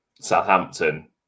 Southampton